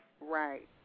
Right